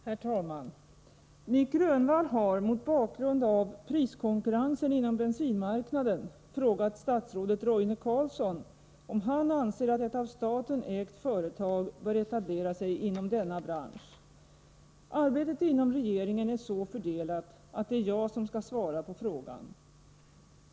Herr talman! Nic Grönvall har mot bakgrund av priskonkurrensen inom bensinmarknaden frågat statsrådet Roine Carlsson om han anser att ett av staten ägt företag bör etablera sig inom denna bransch. Arbetet inom regeringen är så fördelat att det är jag som skall svara på frågan.